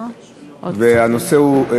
הנושא הוא: